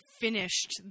finished